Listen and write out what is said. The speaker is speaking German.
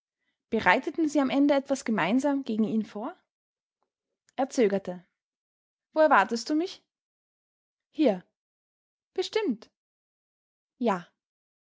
bereiteten sie am ende etwas gemeinsam gegen ihn vor er zögerte wo erwartest du mich hier bestimmt ja